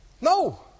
No